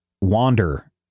wander